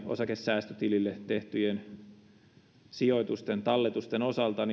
osakesäästötilille tehtyjen sijoitusten tai talletusten osalta